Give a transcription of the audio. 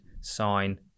sign